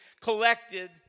collected